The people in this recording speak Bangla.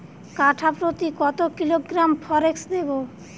কাঠাপ্রতি কত কিলোগ্রাম ফরেক্স দেবো?